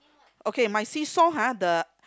okay my seesaw !huh! the